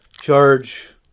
charge